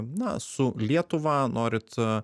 na su lietuva norit